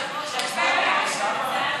התשע"ז 2017, נתקבל.